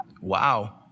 Wow